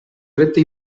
repte